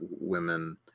women